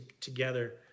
together